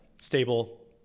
stable